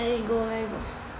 aigoo